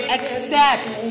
Accept